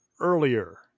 earlier